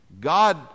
God